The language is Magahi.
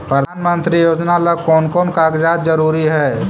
प्रधानमंत्री योजना ला कोन कोन कागजात जरूरी है?